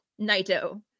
Naito